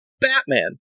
Batman